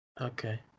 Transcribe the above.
okay